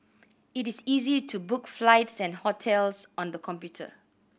it is easy to book flights and hotels on the computer